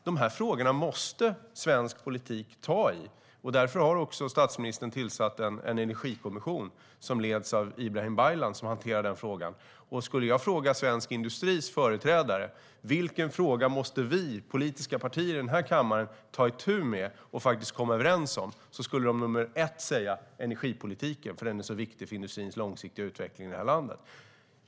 Dessa frågor måste svensk politik ta i, och därför har statsministern tillsatt en energikommission som hanterar den frågan och leds av Ibrahim Baylan. Om jag skulle fråga svensk industris företrädare vilken fråga som vi i de politiska partierna i denna kammare måste ta itu med och komma överens om skulle deras första svar bli energipolitiken, därför att den är så viktig för industrins långsiktiga utveckling i detta land.